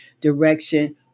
direction